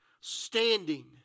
standing